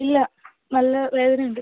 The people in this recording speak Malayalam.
ഇല്ല നല്ല വേദനയുണ്ട്